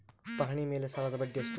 ಪಹಣಿ ಮೇಲೆ ಸಾಲದ ಬಡ್ಡಿ ಎಷ್ಟು?